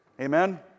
Amen